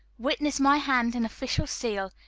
witness my hand and official seal,